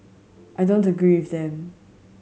I don't agree with them